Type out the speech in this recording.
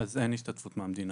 אז אין השתתפות מהמדינה.